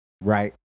right